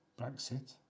Brexit